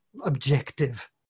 objective